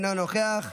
אינו נוכח,